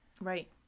Right